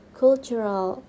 cultural